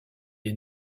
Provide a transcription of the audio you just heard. est